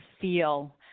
feel